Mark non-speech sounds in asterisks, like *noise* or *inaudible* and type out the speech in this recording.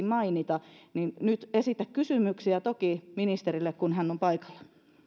*unintelligible* mainita joten esitä nyt kysymyksiä toki ministerille kun hän on paikalla